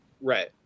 Right